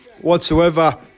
whatsoever